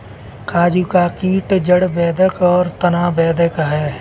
काजू का कीट जड़ बेधक और तना बेधक है